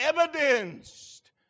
evidenced